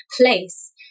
place